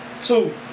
Two